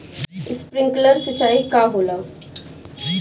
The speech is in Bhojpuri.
स्प्रिंकलर सिंचाई का होला?